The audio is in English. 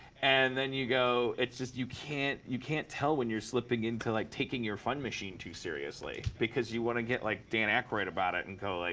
and then you go it's just, you can't you can't tell when you're slipping into, like, taking your fun machine too seriously. because you want to get, like, dan akroyd about it, and go, like